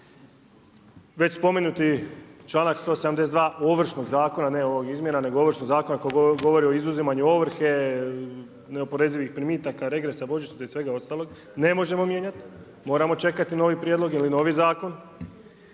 već spomenuti članak 172. Ovršnog zakona, ne ovog …/Govornik se ne razumije./… nego Ovršnog zakona koji govori o izuzimanju ovrhe, neoporezivih primitaka, regresa, božićnica i svega ostalog, ne možemo mijenjati, moramo čekati nove prijedloge ili novi zakon.